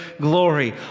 glory